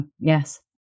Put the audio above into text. yes